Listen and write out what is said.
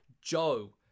Joe